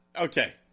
okay